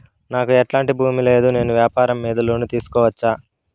నాకు ఎట్లాంటి భూమి లేదు నేను వ్యాపారం మీద లోను తీసుకోవచ్చా?